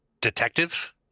detective